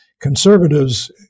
conservatives